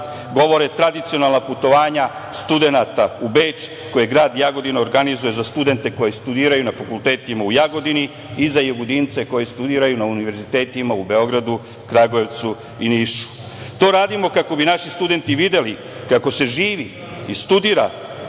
govore tradicionalna putovanja studenata u Beč koje grad Jagodina organizuje za studente koji studiraju na fakultetima u Jagodini i za Jagodince koji studiraju na univerzitetima u Beogradu, Kragujevcu i Nišu. To radimo kako bi naši studenti videli kako se živi i studira